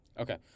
Okay